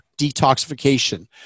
detoxification